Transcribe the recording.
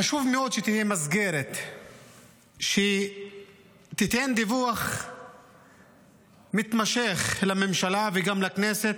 חשוב מאוד שתהיה מסגרת שתיתן דיווח מתמשך לממשלה וגם לכנסת,